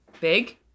big